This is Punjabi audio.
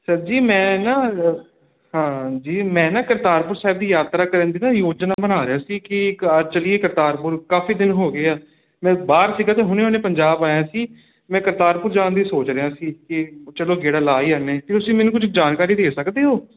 ਸਰ ਜੀ ਮੈਂ ਨਾ ਹਾਂ ਜੀ ਮੈਂ ਨਾ ਕਰਤਾਰਪੁਰ ਸਾਹਿਬ ਦੀ ਯਾਤਰਾ ਕਰਨ ਦੀ ਨਾ ਯੋਜਨਾ ਬਣਾ ਰਿਹਾ ਸੀ ਕਿ ਚਲੀਏ ਕਰਤਾਰਪੁਰ ਕਾਫੀ ਦਿਨ ਹੋ ਗਏ ਆ ਮੈਂ ਬਾਹਰ ਸੀਗਾ ਤੇ ਹੁਣੇ ਹੁਣੇ ਪੰਜਾਬ ਆਇਆ ਸੀ ਮੈਂ ਕਰਤਾਰਪੁਰ ਜਾਣ ਦੀ ਸੋਚ ਰਿਹਾ ਸੀ ਕਿ ਚਲੋ ਗੇੜਾ ਲਾ ਹੀ ਆਨੇ ਤੁਸੀਂ ਮੈਨੂੰ ਕੁਝ ਜਾਣਕਾਰੀ ਦੇ ਸਕਦੇ ਹੋ